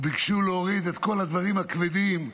וביקשו להוריד את כל הדברים הכבדים.